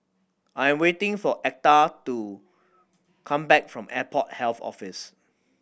I am waiting for Etta to come back from Airport Health Office